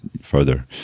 further